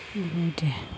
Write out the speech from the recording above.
बेबायदि